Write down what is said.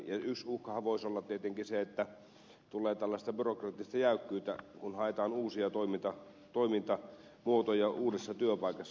yksi uhkahan voisi olla tietenkin se että tulee tällaista byrokraattista jäykkyyttä kun haetaan uusia toimintamuotoja uudessa työpaikassa